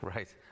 Right